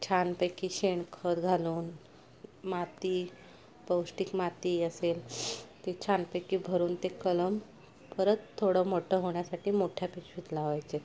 छानपैकी शेणखत घालून माती पौष्टिक माती असेल ते छानपैकी भरून ते कलम परत थोडं मोठं होण्यासाठी मोठ्या पिशवीत लावायचे